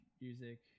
Music